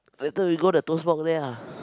later we go the toast-box there ah